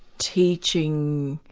teaching,